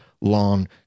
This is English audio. long